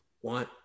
one